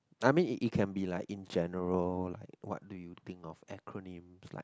I mean it it can be like in general like what do you think of acronym like